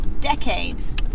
decades